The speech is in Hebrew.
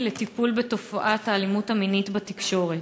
לטיפול בתופעת האלימות המינית בתקשורת.